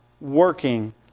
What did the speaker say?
working